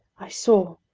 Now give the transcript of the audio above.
i saw.